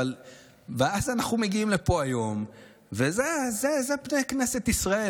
ואז אנחנו מגיעים לפה היום ואלה פני כנסת ישראל.